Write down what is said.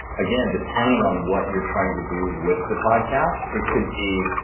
again, depending on what you're trying to do with the podcast, it could be,